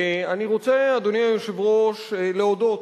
אני רוצה, אדוני היושב-ראש, להודות